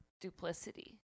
duplicity